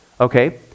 Okay